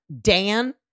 Dan